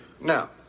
Now